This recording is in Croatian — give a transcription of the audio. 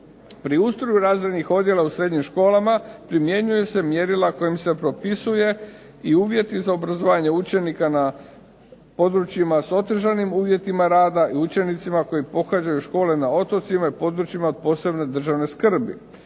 Pri ustroju razrednih odjela u srednjim školama primjenjuje se mjerila kojim se propisuje i uvjeti za obrazovanje učenika na područjima s otežanim uvjetima rada, i učenicima koji pohađaju škole na otocima i na područjima od posebne državne skrbi.